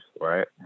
right